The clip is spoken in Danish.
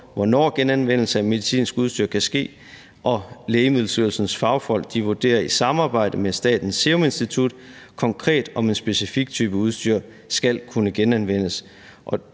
hvornår genanvendelse af medicinsk udstyr kan ske, og Lægemiddelstyrelsens fagfolk vurderer i samarbejde med Statens Serum Institut konkret, om en specifik type udstyr skal kunne genanvendes.